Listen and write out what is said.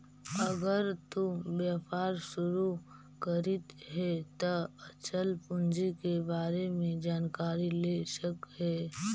अगर तु व्यापार शुरू करित हे त अचल पूंजी के बारे में जानकारी ले सकऽ हे